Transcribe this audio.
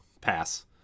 pass